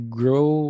grow